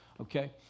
okay